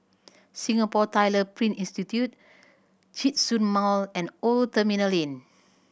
Singapore Tyler Print Institute Djitsun Mall and Old Terminal Lane